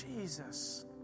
Jesus